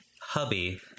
hubby